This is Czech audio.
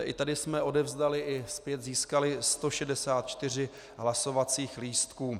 I tady jsme odevzdali i zpět získali 164 hlasovacích lístků.